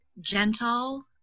gentle